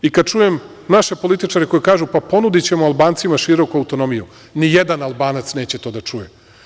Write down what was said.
I, kada čujem naše političare koji kažu – pa, ponudićemo Albancima široku autonomiju, nijedan Albanac neće to da čuje.